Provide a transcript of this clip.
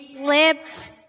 flipped